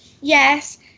yes